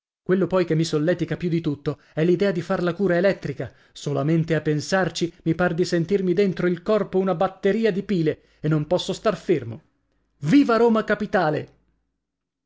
quello poi che mi solletica più di tutto è l'idea di far la cura elettrica solamente a pensarci mi par di sentirmi dentro il corpo una batteria di pile e non posso star fermo viva roma capitale